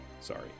Sorry